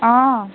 অঁ